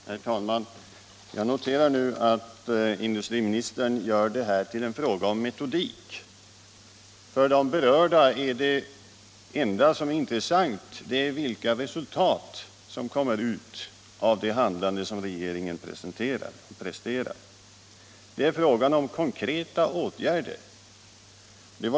Herr talman! Jag noterar att industriministern gör detta till en fråga om metodik. För de berörda är det enda intressanta vilka resultat som blir följden av regeringens handlande. Det gäller konkreta åtgärder.